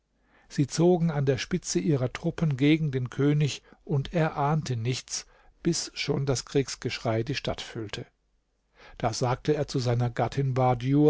sie zogen an der spitze ihrer truppen gegen den könig und er ahnte nichts bis schon das kriegsgeschrei die stadt füllte da sagte er zu seiner gattin